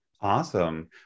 Awesome